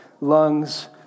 lungs